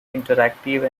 interactive